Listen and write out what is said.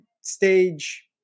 stage